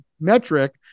metric